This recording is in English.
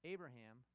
Abraham